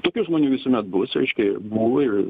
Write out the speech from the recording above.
tokių žmonių visuomet bus reiškia buvo ir